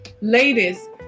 ladies